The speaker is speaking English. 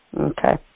Okay